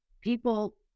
people